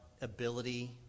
ability